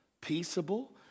peaceable